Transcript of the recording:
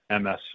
MS